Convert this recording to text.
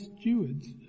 stewards